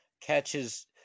catches